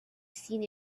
seen